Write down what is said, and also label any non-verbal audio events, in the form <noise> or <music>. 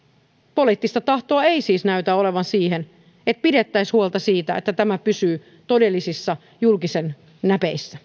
poliittista tahtoa ei siis näytä olevan siihen että pidettäisiin huolta siitä että tämä pysyy todellisissa julkisen näpeissä <unintelligible>